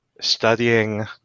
studying